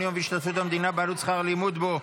יום בהשתתפות המדינה בעלות שכר הלימוד בו,